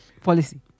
Policy